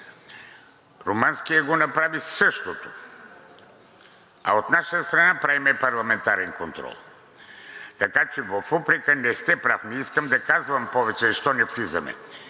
Румънският го направи същото, а от наша страна правим парламентарен контрол. Така че в упрека не сте прав. Не искам да казвам повече защо не влизаме.